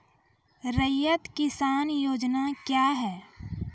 रैयत किसान योजना क्या हैं?